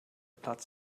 platz